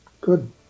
Good